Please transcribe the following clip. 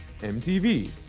MTV